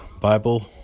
Bible